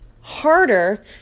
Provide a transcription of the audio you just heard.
harder